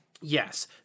Yes